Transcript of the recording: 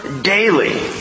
Daily